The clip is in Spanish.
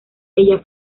ella